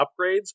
upgrades